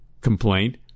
complaint